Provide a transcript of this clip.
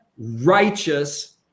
righteous